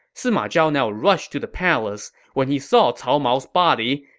sima zhao now rushed to the palace. when he saw cao mao's body,